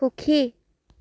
সুখী